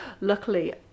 luckily